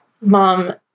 Mom